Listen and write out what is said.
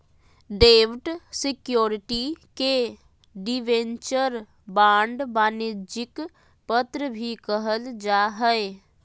डेब्ट सिक्योरिटी के debenture, bond, वाणिज्यिक पत्र भी कहल जा हय